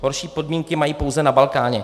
Horší podmínky mají pouze na Balkáně.